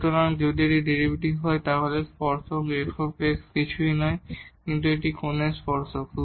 সুতরাং যদি এটি ডেরিভেটিভ হয় তাহলে টানজেন্ট f কিছুই নয় কিন্তু এটা এই কোণের টানজেন্ট